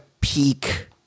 peak